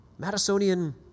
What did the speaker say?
Madisonian